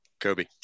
Kobe